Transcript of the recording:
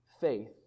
faith